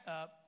up